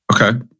Okay